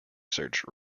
search